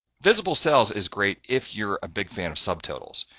visible cells is great if you're a big fan of subtotals.